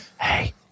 hey